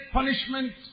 punishment